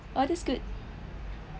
ah that's good